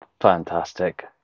Fantastic